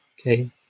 Okay